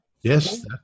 Yes